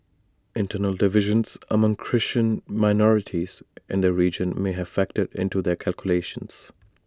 internal divisions among Christian minorities in the region may have factored into their calculations